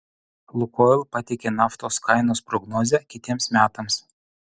lukoil pateikė naftos kainos prognozę kitiems metams